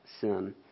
sin